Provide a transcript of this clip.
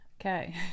Okay